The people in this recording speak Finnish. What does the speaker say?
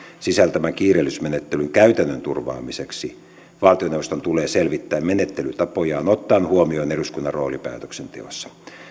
sisältämän kiireellisyysmenettelyn käytännön turvaamiseksi valtioneuvoston tulee selvittää menettelytapojaan ottaen huomioon eduskunnan rooli päätöksenteossa